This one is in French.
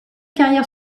carrière